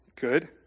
good